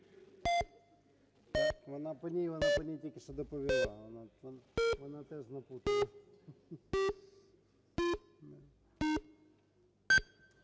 Вона по ній тільки що доповіла. Вона теж наплутала.